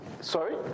sorry